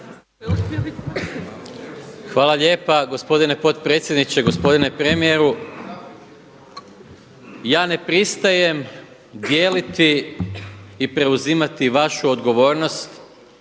Hvala lijepa. Gospodine potpredsjedniče, gospodine premijeru. Ja ne pristajem dijeliti i preuzimati vaš odgovornost